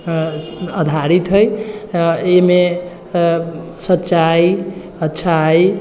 से अऽ आधारित हय अय मे सच्चाइ अच्छाइ